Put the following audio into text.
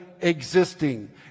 existing